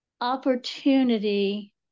opportunity